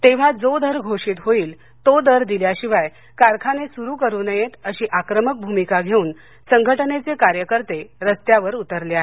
तेव्हा जो दर घोषित होईल तो दर दिल्याशिवाय कारखाने सुरू करू नयेत अशी आक्रमक भूमिका घेऊन संघटनेचे कार्यकर्ते रस्त्यावर उतरले आहेत